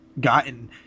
gotten